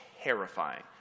terrifying